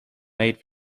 made